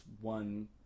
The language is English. one